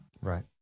Right